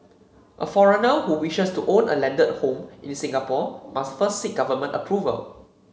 a foreigner who wishes to own a landed home in Singapore must first seek government approval